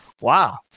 Wow